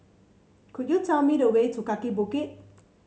could you tell me the way to Kaki Bukit